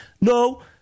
No